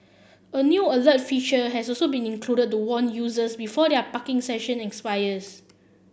a new alert feature has so been included to warn users before their parking session expires